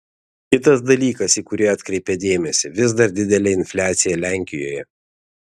kitas dalykas į kurį atkreipia dėmesį vis dar didelė infliacija lenkijoje